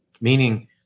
meaning